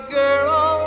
girl